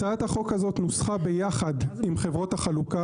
הצעת החוק הזאת נוסחה ביחד עם חברות החלוקה